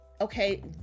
okay